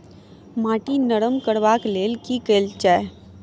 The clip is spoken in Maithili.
माटि नरम करबाक लेल की केल जाय?